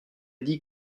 dit